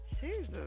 Jesus